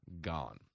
gone